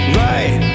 right